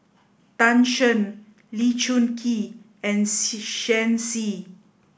Tan Shen Lee Choon Kee and Xi Shen Xi